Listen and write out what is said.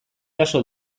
jaso